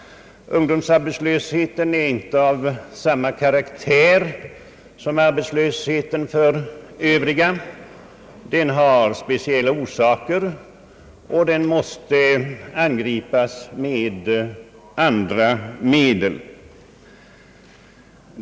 Ungdomsarbetslösheten är inte av samma karaktär som arbetslösheten för andra grupper. Den har speciella orsaker, och den måste angripas med andra medel.